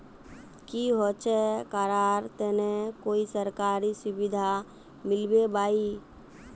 की होचे करार तने कोई सरकारी सुविधा मिलबे बाई?